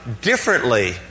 differently